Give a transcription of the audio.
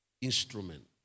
instrument